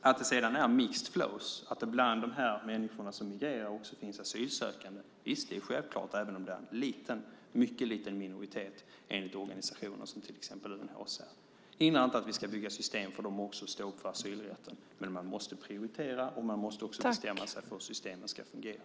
Att det sedan är mixed flows och att det bland människorna som migrerar också finns asylsökande är självklart även om det enligt organisationer som till exempel UNHCR är en mycket liten minoritet. Det hindrar inte att vi ska bygga system också för dem och stå upp för asylrätten. Men man måste prioritera och också bestämma sig för hur systemen ska fungera.